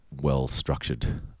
well-structured